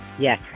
Yes